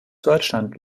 deutschland